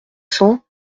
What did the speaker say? cent